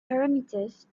parameters